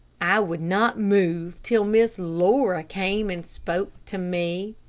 i would not move till miss laura came and spoke to me.